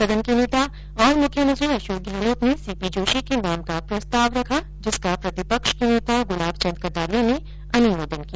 सदन के नेता और मुख्यमंत्री अशोक गहलोत ने सीपी जोशी के नाम का प्रस्ताव रखा जिसका प्रतिपक्ष के नेता गुलाब चंद कटारिया ने अनुमोदन किया